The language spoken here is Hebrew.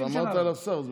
אבל אמרת לשר.